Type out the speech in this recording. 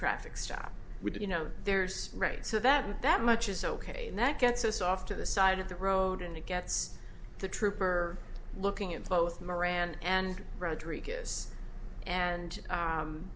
traffic stop would you know there's right so that that much is ok and that gets us off to the side of the road and it gets the trooper looking at both miranda and rodriguez and